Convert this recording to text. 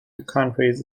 countries